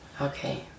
Okay